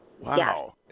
Wow